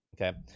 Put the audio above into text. okay